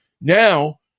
now